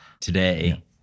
today